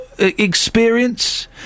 experience